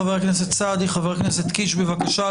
חבר הכנסת רז, בבקשה.